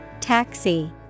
Taxi